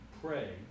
pray